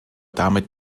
damit